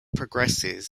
progresses